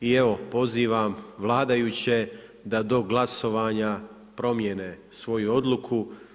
I evo, pozivam vladajuće da do glasovanja promijene svoju odluku.